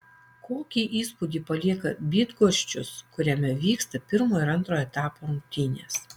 kokį įspūdį palieka bydgoščius kuriame vyksta pirmo ir antro etapo rungtynės